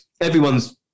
everyone's